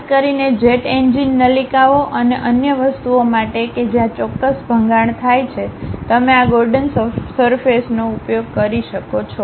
ખાસ કરીને jet engine નલિકાઓ અને અન્ય વસ્તુઓ માટે કે જ્યાં ચોક્કસ ભંગાણ થાય છે તમે આ ગોર્ડન સરફેસનો ઉપયોગ કરો છો